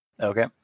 Okay